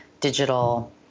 digital